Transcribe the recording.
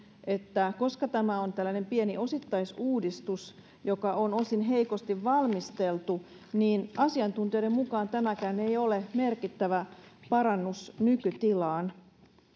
että koska tämä on tällainen pieni osittaisuudistus joka on osin heikosti valmisteltu niin asiantuntijoiden mukaan tämäkään ei ole merkittävä parannus nykytilaan